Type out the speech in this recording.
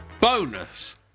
bonus